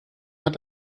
hat